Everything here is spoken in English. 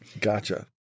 Gotcha